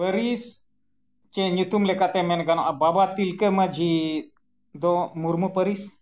ᱯᱟᱹᱨᱤᱥ ᱥᱮ ᱧᱩᱛᱩᱢ ᱞᱮᱠᱟᱛᱮ ᱢᱮᱱ ᱜᱟᱱᱚᱜᱼᱟ ᱵᱟᱵᱟ ᱛᱤᱞᱠᱟᱹ ᱢᱟᱺᱡᱷᱤ ᱫᱚ ᱢᱩᱨᱢᱩ ᱯᱟᱹᱨᱤᱥ